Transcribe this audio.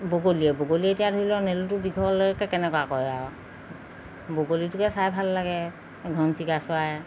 বগলীয়ে বগলী এতিয়া ধৰি লওক নেলুটো দীঘলকৈ কেনেকুৱা কৰে আৰু বগলীটোকে চাই ভাল লাগে ঘৰচিৰিকা চৰাই